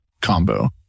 combo